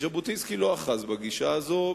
ז'בוטינסקי לא אחז בגישה הזאת,